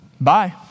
Bye